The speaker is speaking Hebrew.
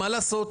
מה לעשות.